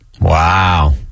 Wow